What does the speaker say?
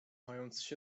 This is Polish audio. mając